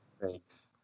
Thanks